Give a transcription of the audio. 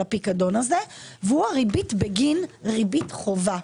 הפיקדון הזה והוא הריבית בגין ריבית חובה.